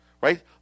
right